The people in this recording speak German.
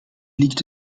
liegt